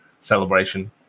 celebration